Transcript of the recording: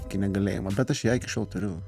iki negalėjimo bet aš ją iki šiol turiu